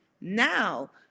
Now